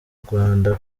rwanda